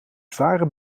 zware